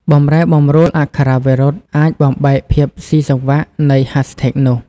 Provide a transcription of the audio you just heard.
បំរែបំរួលអក្ខរាវិរុទ្ធអាចបំបែកភាពស៊ីសង្វាក់នៃ hashtag នោះ។